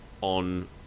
on